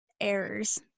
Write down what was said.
errors